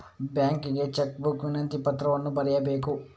ಬ್ಯಾಂಕಿಗೆ cheque book ವಿನಂತಿ ಪತ್ರವನ್ನು ಬರೆಯಬೇಕು